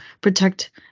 protect